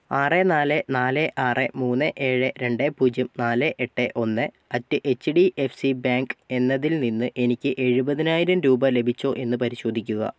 ആറ് നാല് നാല് ആറ് മൂന്ന് ഏഴ് രണ്ട് പൂജ്യം നാല് എട്ട് ഒന്ന് at H D F C bank എന്നതിൽ നിന്ന് എനിക്ക് എഴുപതിനായിരം രൂപ ലഭിച്ചോ എന്ന് പരിശോധിക്കുക